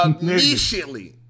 Immediately